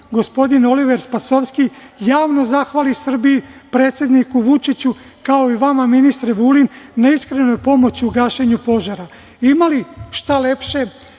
gospodin Oliver Spasovski, javno zahvali Srbiji, predsedniku Vučiću, kao i vama ministre Vulin, na iskrenoj pomoći u gašenju požara. Ima li šta lepše